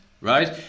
right